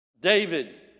David